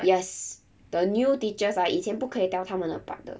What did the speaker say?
yes the new teachers ah 以前不可以 tell 他们 apart 的